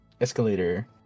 Escalator